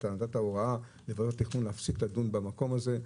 אתה נתת הוראה לוועדות התכנון להפסיק לדון במקום הזה.